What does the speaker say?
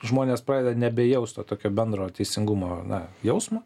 žmonės pradeda nebejaust to tokio bendro teisingumo na jausmo